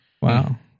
Wow